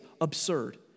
absurd